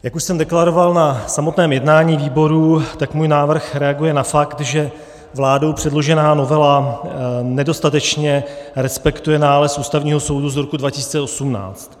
Jak už jsem deklaroval na samotném jednání výboru, můj návrh reaguje na fakt, že vládou předložená novela nedostatečně respektuje nález Ústavního soudu z roku 2018.